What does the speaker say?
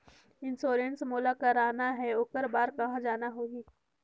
Insurance मोला कराना हे ओकर बार कहा जाना होही?